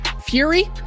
fury